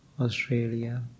Australia